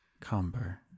Cumber